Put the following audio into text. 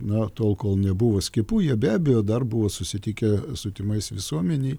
na tol kol nebuvo skiepų jie be abejo dar buvo susitikę su tymais visuomenėj